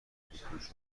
بپوشانند